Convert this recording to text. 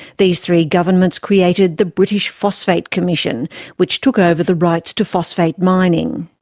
these three governments created the british phosphate commission which took over the rights to phosphate mining.